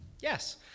yes